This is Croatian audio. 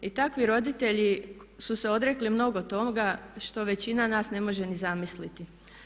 I takvi roditelji su se odrekli mnogo toga što većina nas ne može ni zamisliti.